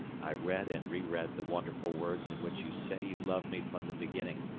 i read and re-read the wonderful words in which you say you loved me from the beginning,